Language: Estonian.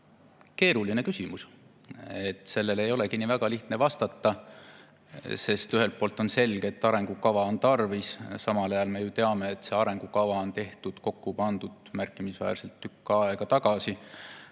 keeruline küsimus. Sellele ei olegi nii väga lihtne vastata. Ühelt poolt on selge, et arengukava on tarvis, samal ajal me ju teame, et see arengukava on tehtud, kokku pandud tükk aega tagasi.